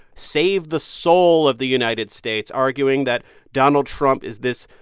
save the soul of the united states, arguing that donald trump is this,